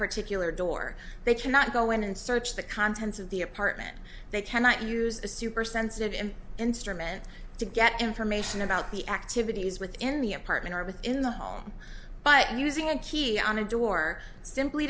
particular door they cannot go in and search the contents of the apartment they cannot use a super sensitive and instrument to get information about the activities within the apartment or within the home but using a key on a door simply